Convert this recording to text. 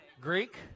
Greek